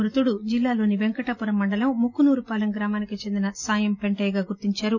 మృతుడు జిల్లాలోని పెంకటాపురం మండలం ముక్కునూరుపాలెం గ్రామానికి చెందిన సాయం పెంటయ్యగా గుర్తించారు